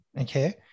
okay